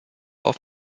auf